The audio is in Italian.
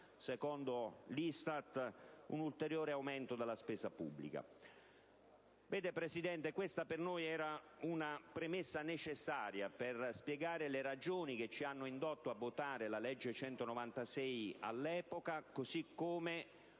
secondo l'ISTAT, un ulteriore aumento della spesa pubblica. Vede, Presidente, questa per noi era una premessa necessaria per spiegare le ragioni che all'epoca ci hanno indotto a votare a favore della legge n. 196 del 2009, così come